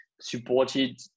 supported